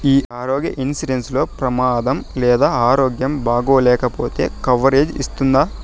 ఈ ఆరోగ్య ఇన్సూరెన్సు లో ప్రమాదం లేదా ఆరోగ్యం బాగాలేకపొతే కవరేజ్ ఇస్తుందా?